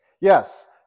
Yes